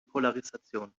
polarisation